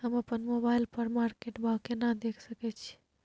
हम अपन मोबाइल पर मार्केट भाव केना देख सकै छिये?